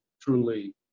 truly